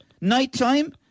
Nighttime